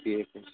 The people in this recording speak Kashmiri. ٹھیٖک حظ